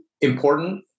important